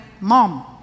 Mom